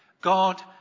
God